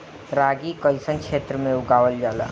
रागी कइसन क्षेत्र में उगावल जला?